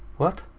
what?